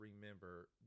remember